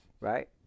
right